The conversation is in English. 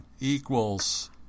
equals